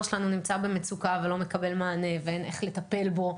שלנו נמצא במצוקה ולא מקבל מענה ואין איך לטפל בו?